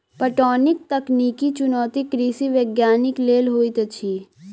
पटौनीक तकनीकी चुनौती कृषि वैज्ञानिक लेल होइत अछि